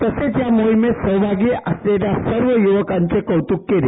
तसेच या मोहिमेत सहभागी असलेल्या सर्व यूवकांचे कौतूक केले